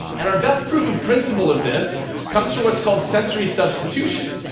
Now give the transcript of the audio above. and our best proof of principle of this comes from what's called sensory substitution.